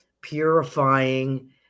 purifying